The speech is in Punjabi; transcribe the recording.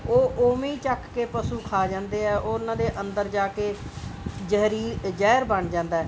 ਉਹ ਉਵੇਂ ਹੀ ਚੁੱਕ ਕੇ ਪਸ਼ੂ ਖਾ ਜਾਂਦੇ ਹੈ ਉਹਨਾਂ ਦੇ ਅੰਦਰ ਜਾ ਕੇ ਜਹਿਰੀ ਜਹਿਰ ਬਣ ਜਾਂਦਾ ਹੈ